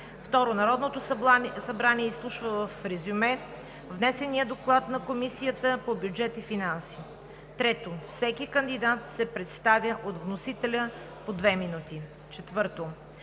2. Народното събрание изслушва в резюме внесения доклад на Комисията по бюджет и финанси. 3. Всеки кандидат се представя от вносителя – до две минути. 4.